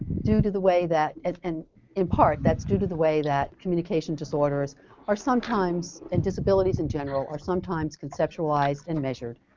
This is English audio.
due to the way and in part that's due to the way that communication disorders are sometimes and disabilities in general are sometimes conceptualized and measured.